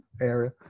area